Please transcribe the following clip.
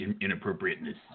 inappropriateness